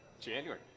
january